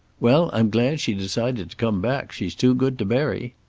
well, i'm glad she decided to come back. she's too good to bury.